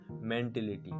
mentality